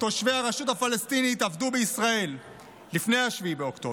תושבי הרשות הפלסטינית עבדו בישראל לפני 7 באוקטובר.